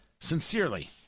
Sincerely